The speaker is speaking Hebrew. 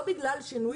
לא בגלל שינויים.